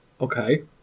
Okay